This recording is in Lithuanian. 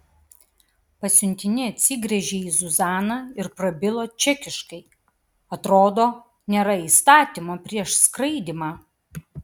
pasiuntinė atsigręžė į zuzaną ir prabilo čekiškai atrodo nėra įstatymo prieš skraidymą